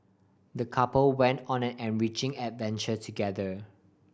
the couple went on an enriching adventure together